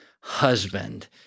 husband